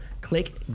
click